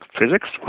physics